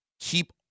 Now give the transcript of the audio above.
Keep